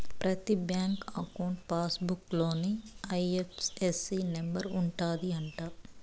ప్రతి bank account passbook లోనే I F S C number ఉంటది అంట